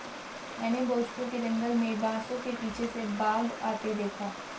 मैंने भोजपुर के जंगल में बांसों के पीछे से बाघ आते देखा